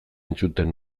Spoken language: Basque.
entzuten